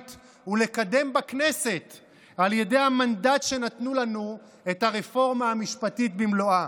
ולקדם בכנסת את הרפורמה המשפטית במלואה